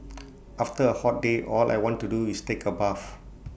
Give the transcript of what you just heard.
after A hot day all I want to do is take A bath